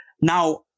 Now